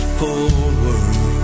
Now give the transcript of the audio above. forward